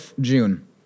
June